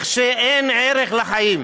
אין ערך לחיים,